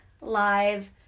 live